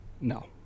No